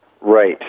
right